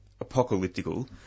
apocalyptical